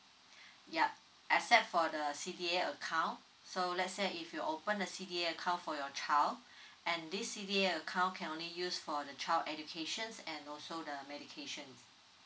yup except for the C_D_A account so let's say if you open a C_D_A account for your child and this C_D_A account can only use for the child educations and also the medication